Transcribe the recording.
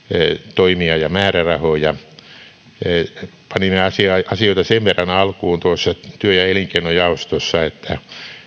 toimia ja määrärahoja panin asioita sen verran alkuun työ ja elinkeinojaostossa että